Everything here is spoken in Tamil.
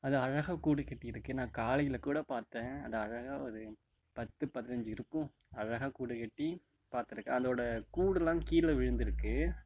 அது அழகாக கூடுக்கட்டி இருக்கு நான் காலையில கூட பார்த்தேன் அது அழகாக ஒரு பத்து பதினஞ்சு இருக்கும் அழகாக கூடுக்கட்டி பார்த்துருக்கேன் அதோட கூடுலாம் கீழே விழுந்துயிருக்கு